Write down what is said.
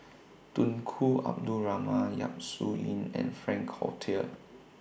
Tunku Abdul Rahman Yap Su Yin and Frank Cloutier